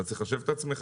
אתה צריך לחשב את עצמך,